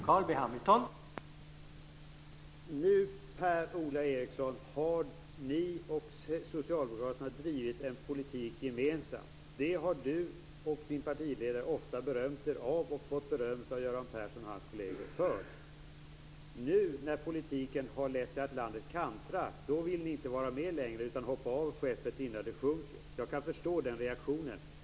Herr talman! Nu, Per-Ola Eriksson, har ni och Socialdemokraterna drivit en politik gemensamt. Det har Per-Ola Eriksson och hans partiledare ofta berömt sig av och fått beröm för av Göran Persson och hans kolleger. Nu när politiken har lett till att landet kantrar, då vill ni inte vara med längre utan hoppar av skeppet innan det sjunker. Jag kan förstå den reaktionen.